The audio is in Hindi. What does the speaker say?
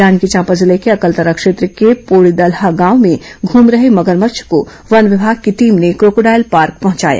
जांजगीर चांपा जिले के अकलतरा क्षेत्र के पोड़ीदल्हा गांव में घूम रहे मगरमच्छ को वन विभाग की टीम ने क्रोकोडायल पार्क पहुंचाया